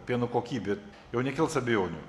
pieno kokybė jau nekels abejonių